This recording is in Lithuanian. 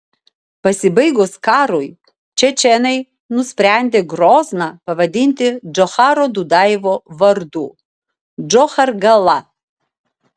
pasibaigus karui čečėnai nusprendę grozną pavadinti džocharo dudajevo vardu džochargala